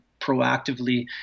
proactively